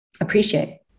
appreciate